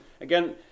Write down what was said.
Again